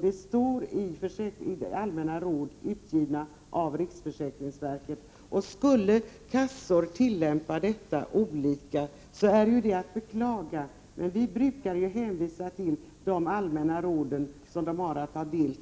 Det står i Allmänna råd, utgivna av riksförsäkringsverket. Skulle kassor tillämpa detta olika är det att beklaga, men vi brukar hänvisa till de allmänna råden, som de har att ta del